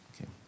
Okay